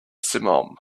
simum